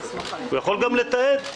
הוא יכול גם לתעד,